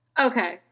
Okay